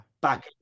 back